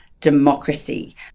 democracy